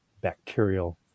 bacterial